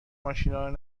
ماشینارو